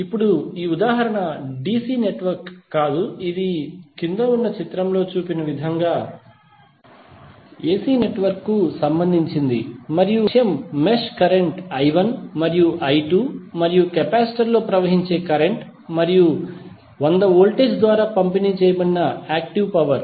ఇప్పుడు ఈ ఉదాహరణ dc నెట్వర్క్ కాదు ఇది క్రింద ఉన్న చిత్రంలో చూపిన విధంగా AC నెట్వర్క్ కు సంబంధించినది మరియు ఇప్పుడు లక్ష్యం మెష్ కరెంట్ I1 మరియు I2 మరియు కెపాసిటర్ లో ప్రవహించే కరెంట్ మరియు 100 వోల్టేజ్ ద్వారా పంపిణీ చేయబడిన యాక్టివ్ పవర్